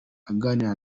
aganira